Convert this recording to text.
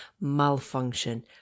malfunction